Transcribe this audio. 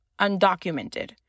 undocumented